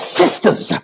sisters